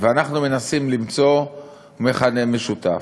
ואנחנו מנסים למצוא מכנה משותף,